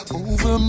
over